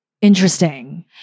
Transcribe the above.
Interesting